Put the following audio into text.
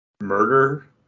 murder